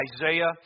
Isaiah